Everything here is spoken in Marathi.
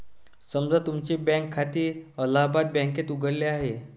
समजा तुमचे बँक खाते अलाहाबाद बँकेत उघडले आहे